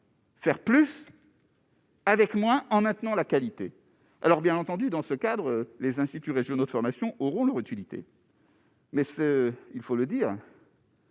Faire plus. Avec moi, en maintenant la qualité, alors bien entendu, dans ce cadre, les instituts régionaux de formation auront leur utilité. Mais s'il faut le dire.